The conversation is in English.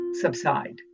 subside